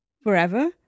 forever